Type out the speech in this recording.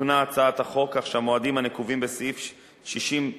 תוקנה הצעת החוק כך שהמועדים הנקובים בסעיף 60(ד4)(2)